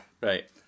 Right